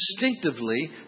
instinctively